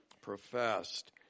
professed